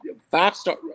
five-star –